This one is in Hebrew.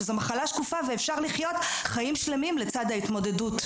שזו מחלה שקופה ואפשר לחיות חיים שלמים לצד ההתמודדות.